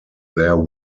there